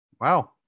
Wow